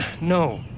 no